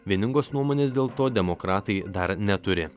vieningos nuomonės dėl to demokratai dar neturi